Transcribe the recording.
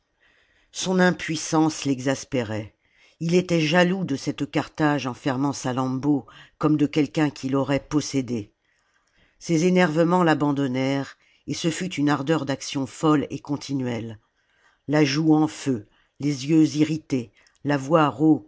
son impuissance l'exaspérait était jaloux de cette carthage enfermant salammbô comme de quelqu'un qui l'aurait possédée ses énervements l'abandonnèrent et ce fut une ardeur d'action folle et continuelle la joue en feu les jeux irrités la voix